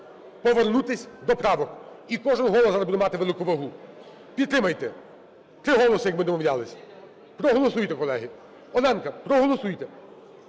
повернутися до правок. І кожен голос зараз буде матиме велику вагу. Підтримайте, три голоси, як ми домовлялися. Проголосуйте, колеги. Оленка, проголосуйте!